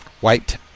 White